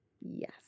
Yes